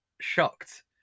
shocked